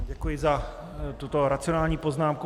Děkuji za tuto racionální poznámku.